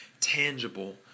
tangible